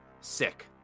sick